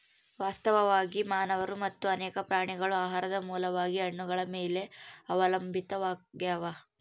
ವಾಸ್ತವವಾಗಿ ಮಾನವರು ಮತ್ತು ಅನೇಕ ಪ್ರಾಣಿಗಳು ಆಹಾರದ ಮೂಲವಾಗಿ ಹಣ್ಣುಗಳ ಮೇಲೆ ಅವಲಂಬಿತಾವಾಗ್ಯಾವ